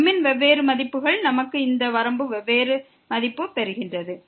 m ன் வெவ்வேறு மதிப்புகளுக்கு இந்த வரம்பின் வெவ்வேறு மதிப்பை நாங்கள் பெறுகிறோம்